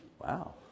Wow